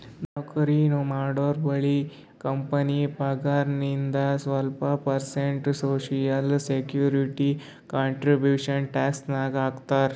ನೌಕರಿ ಮಾಡೋರ್ಬಲ್ಲಿ ಕಂಪನಿ ಪಗಾರ್ನಾಗಿಂದು ಸ್ವಲ್ಪ percent social security contribution tax ನಾಗ್ ಹಾಕ್ತಾರ್